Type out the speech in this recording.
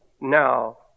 now